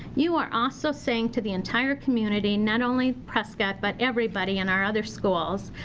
you are also saying to the entire community, not only prescott, but everybody in our other schools.